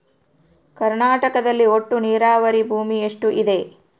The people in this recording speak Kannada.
ಕರ್ನಾಟಕದಲ್ಲಿ ಒಟ್ಟು ನೇರಾವರಿ ಭೂಮಿ ಎಷ್ಟು ಇದೆ?